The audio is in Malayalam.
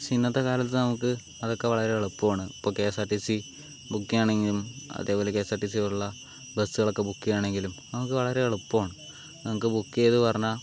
പക്ഷേ ഇന്നത്തെ കാലത്ത് നമുക്ക് അതൊക്കെ വളരെ എളുപ്പാണ് ഇപ്പോൾ K S R T C book ചെയ്യാനാണെങ്കിലും അതേപോലെ കെ എസ് ആർ ടി സിയിലുള്ള ബസ്സുകളൊക്കെ ബുക്ക് ചെയ്യാനാണെങ്കിലും നമുക്ക് വളരെ എളുപ്പമാണ് നമുക്ക് ബുക്ക് ചെയ്ത് പറഞ്ഞാൽ